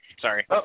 Sorry